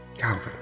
Calvin